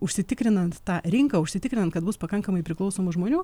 užsitikrinant tą rinką užsitikrinti kad bus pakankamai priklausomų žmonių